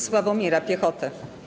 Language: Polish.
Sławomira Piechotę.